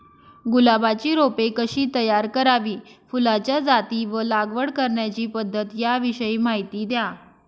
गुलाबाची रोपे कशी तयार करावी? फुलाच्या जाती व लागवड करण्याची पद्धत याविषयी माहिती द्या